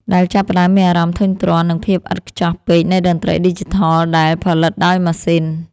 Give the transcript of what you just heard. ដែលចាប់ផ្តើមមានអារម្មណ៍ធុញទ្រាន់នឹងភាពឥតខ្ចោះពេកនៃតន្ត្រីឌីជីថលដែលផលិតដោយម៉ាស៊ីន។